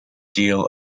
deal